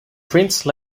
prince